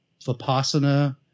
Vipassana